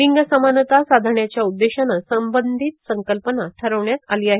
लिंग समानता साधण्याच्या उद्देशानं संबंधित संकल्पना ठरविण्यात आली आहे